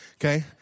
okay